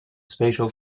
spatial